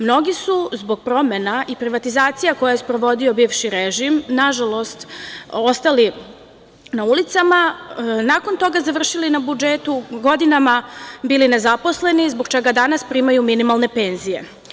Mnogi su zbog promena i privatizacije koje je sprovodio bivši režim, nažalost, ostali na ulicama, nakon toga završili na budžetu, godinama bili nezaposleni, zbog čega danas primaju minimalne penzije.